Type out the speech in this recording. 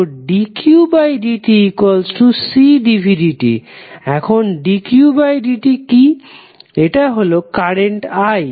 তো dqdtCdvdt এখন dqdt কি এটা হলো কারেন্ট i